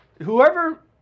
whoever